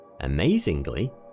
Amazingly